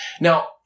Now